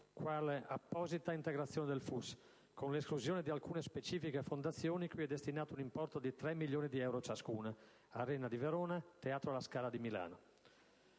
quale apposita integrazione del FUS, con l'esclusione di alcune specifiche fondazioni cui è destinato un importo di tre milioni di euro ciascuna (Arena di Verona, Teatro La Scala di Milano).